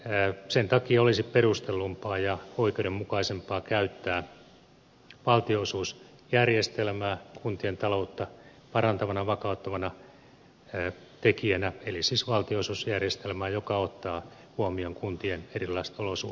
sen takia olisi perustellumpaa ja oikeudenmukaisempaa käyttää valtionosuusjärjestelmää kuntien taloutta parantavana vakauttavana tekijänä eli siis valtionosuusjärjestelmää joka ottaa huomioon kuntien erilaiset olosuhdetekijät